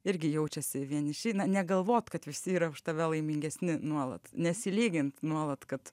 irgi jaučiasi vieniši na negalvot kad visi yra už tave laimingesni nuolat nesilygint nuolat kad